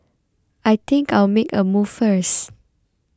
I think I'll make a move first